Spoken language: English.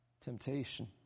Temptation